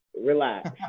relax